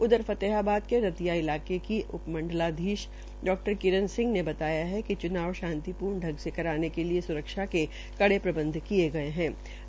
उधर फतेहाबाद के रतिया इलाके की उप मंडलाधीश डा किरण सिह ने बताया कि चूनाव शांतिप्र्ण ंांग से कराने के लिये सुरक्षा के कड़े प्रबंध किये गये हैा